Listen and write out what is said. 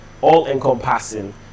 all-encompassing